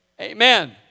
Amen